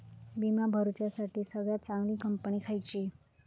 विमा भरुच्यासाठी सगळयात चागंली कंपनी खयची?